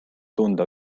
tunda